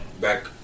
back